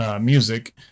music